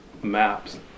maps